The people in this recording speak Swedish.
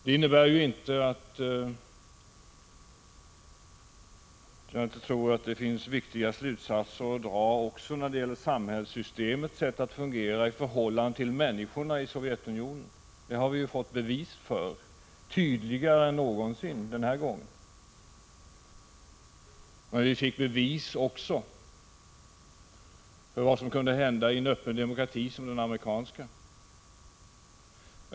Det innebär inte att jag inte tror att det finns viktiga slutsatser att dra också när det gäller samhällssystemets sätt att fungera i förhållande till människorna i Sovjet unionen. Det har vi ju fått bevis för, tydligare än någonsin, den här gången. Men vi fick också bevis för vad som kunde hända i en öppen demokrati som den amerikanska.